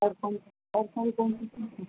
اور کون اور کون کون سی